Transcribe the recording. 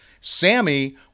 Sammy